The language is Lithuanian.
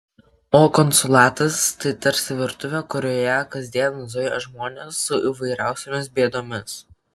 o konsulatas tai tarsi virtuvė kurioje kasdien zuja žmonės su įvairiausiomis bėdomis